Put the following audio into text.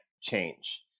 change